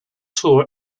tour